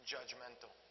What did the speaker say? Judgmental